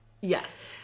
Yes